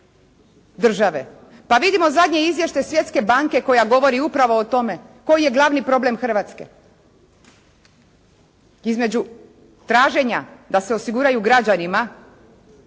države. Pa vidimo zadnje izvješće Svjetske banke koja govori upravo o tome koji je glavni problem Hrvatske. Između traženja da se osiguraju građanima